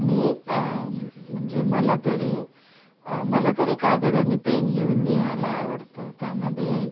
आणि म्हणजे मला तरी मला तरी कागद आणि पेन घेऊन लिहायला आवडतं त्यामध्ये